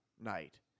night